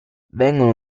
vengono